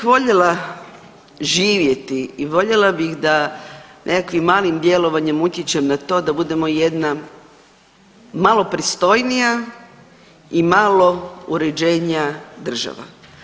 Ja bih voljela živjeti i voljela bih da nekakvim malim djelovanjem utječem na to da budemo jedna malo pristojnija i malo uređenija država.